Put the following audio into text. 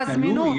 תלוי,